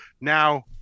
Now